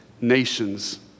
Nations